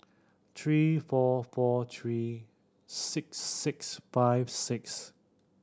three four four three six six five six